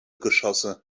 geschosse